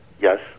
Yes